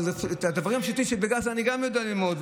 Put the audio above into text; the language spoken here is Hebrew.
אבל את הדברים הפשוטים של בג"ץ אני גם יודע ללמוד.